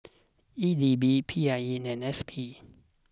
E D B P I E and S P